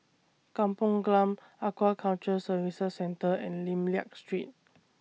Kampung Glam Aquaculture Services Centre and Lim Liak Street